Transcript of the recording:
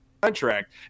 contract